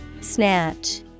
Snatch